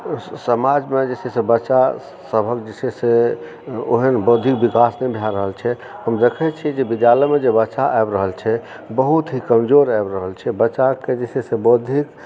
समाजमे जे छै से बच्चासभक जे छै से ओहन बौद्धिक विकास नहि भए रहल छै हम देखैत छियै जे विद्यालयमे बच्चा आबि रहल छै बहुत ही कमजोर आबि रहल छै बच्चाके जे छै से बौद्धिक